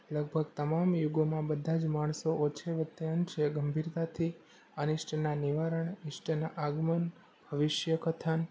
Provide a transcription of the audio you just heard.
લગભગ તમામ યુગોમાં બધાં જ માણસો ઓછે વત્તે અંશે એમ ગંભીરતાથી અનિષ્ટના નિવારણ ઇષ્ટના આગમન ભવિષ્ય કથન